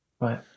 Right